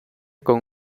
con